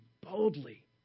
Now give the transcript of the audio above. boldly